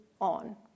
on